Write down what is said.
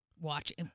watching